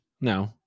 No